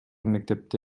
мектепте